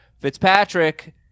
Fitzpatrick